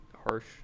harsh